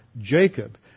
Jacob